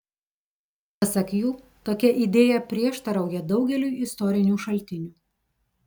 pasak jų tokia idėja prieštarauja daugeliui istorinių šaltinių